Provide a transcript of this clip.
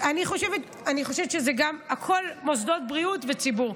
אני חושבת שהכול מוסדות בריאות וציבור,